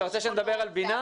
אתה רוצה שנדבר על בינה?